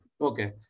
Okay